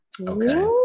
Okay